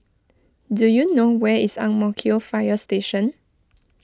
do you know where is Ang Mo Kio Fire Station